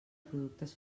productes